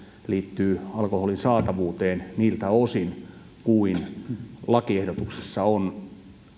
liittyy alkoholin saatavuuteen niiltä osin kuin lakiehdotuksessa on